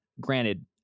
granted